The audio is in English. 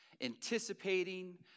anticipating